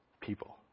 people